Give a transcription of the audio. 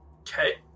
Okay